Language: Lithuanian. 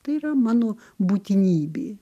tai yra mano būtinybė